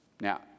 now